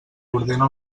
ordena